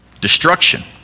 destruction